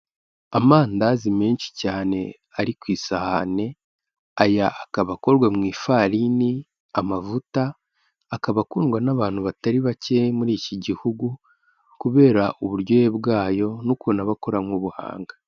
Amandazi menshi cyane, ari ku isahani, aya akaba akorwa mu ifarini, amavuta, akaba akundwa n'abantu batari bake muri iki gihugu, kubera uburyohe bwayo n'ukuntu aba akorarana ubuhanga.